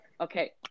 Okay